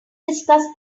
discuss